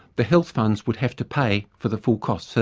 the health funds would have to pay for the full costs.